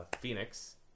Phoenix